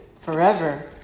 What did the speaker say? forever